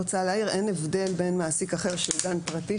אין הבדל בין מעסיק אחר שהוא גן פרטי